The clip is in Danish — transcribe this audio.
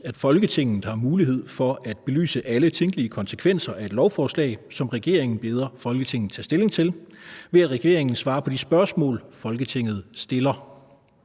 at Folketinget har mulighed for at belyse alle tænkelige konsekvenser af et lovforslag, som regeringen beder Folketinget tage stilling til, ved at regeringen svarer på de spørgsmål, Folketinget stiller?